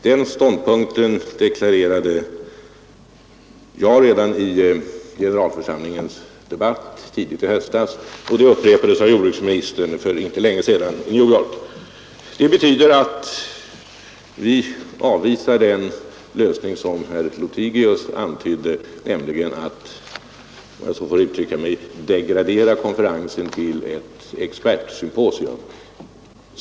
Den ståndpunkten deklarerade jag redan i generalförsamlingens debatt tidigt i höstas, och det upprepades av jordbruksministern för inte länge sedan i New York. Det betyder att vi avvisar den lösning som herr Lothigius här antydde, nämligen att — om jag får använda det uttrycket — degradera konferensen till ett expertsymposium.